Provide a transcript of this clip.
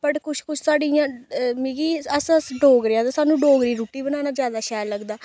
but कुछ कुछ साढ़ी इ'यां मिगी अस अस डोगरे आं ते सानूं डोगरी रुट्टी बनाना जैदा शैल लगदा